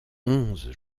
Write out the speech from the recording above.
onze